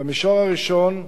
במישור הראשון,